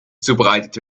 zubereitet